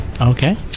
okay